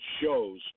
shows